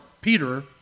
Peter